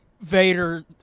Vader